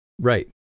Right